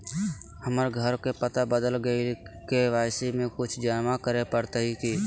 हमर घर के पता बदल गेलई हई, के.वाई.सी में कुछ जमा करे पड़तई की?